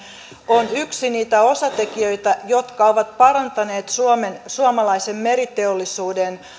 on yksi niitä osatekijöitä jotka ovat parantaneet suomalaisen meriteollisuuden